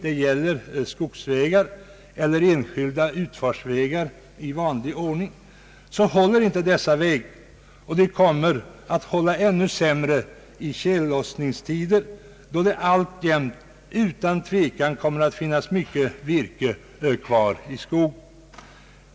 Det gäller såväl skogsvägar som enskilda utfartsvägar. Och de kommer att hålla ännu sämre i tjällossningstider, när det utan tvivel alltjämt kommer att finnas mycket virke kvar i skogen.